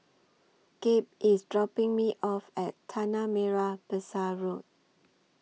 Gabe IS dropping Me off At Tanah Merah Besar Road